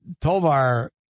Tovar